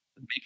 Make